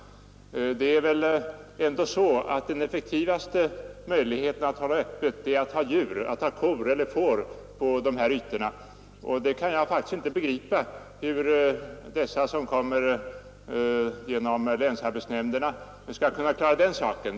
Den effektivaste metoden att hålla öppet är väl ändå att ha djur — nötkreatur eller får — på de här ytorna, och jag kan faktiskt inte begripa hur de som kommer genom länsarbetsnämnderna skall kunna klara den saken.